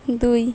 ଦୁଇ